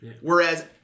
Whereas